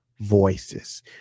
voices